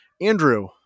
Andrew